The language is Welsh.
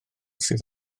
sydd